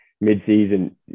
mid-season